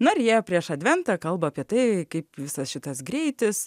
na ir jie prieš adventą kalba apie tai kaip visas šitas greitis